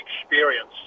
experience